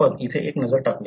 आपण येथे एक नजर टाकूया